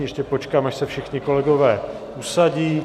Ještě počkám, až se všichni kolegové usadí.